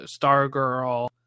Stargirl